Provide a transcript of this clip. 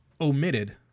omitted